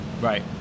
Right